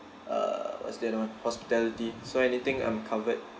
uh what's the other one hospitality so anything I'm covered